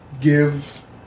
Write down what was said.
give